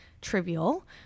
trivial